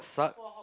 suck